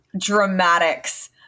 dramatics